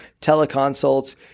teleconsults